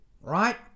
Right